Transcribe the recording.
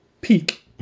peak